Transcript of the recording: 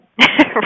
Right